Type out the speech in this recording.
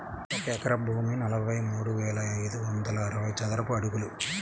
ఒక ఎకరం భూమి నలభై మూడు వేల ఐదు వందల అరవై చదరపు అడుగులు